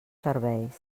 serveis